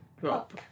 drop